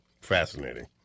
Fascinating